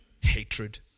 hatred